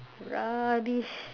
rubbish